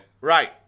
Right